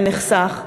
שנחסך,